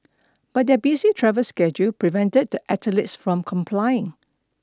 but their busy travel schedule prevented the athletes from complying